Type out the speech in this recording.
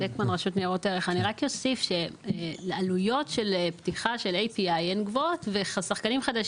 אני רק אוסיף שעלויות של פתיחת API, פיתוח